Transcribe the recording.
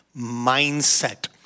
mindset